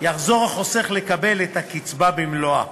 יחזור החוסך לקבל את הקצבה במלואה.